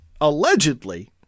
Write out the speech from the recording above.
allegedly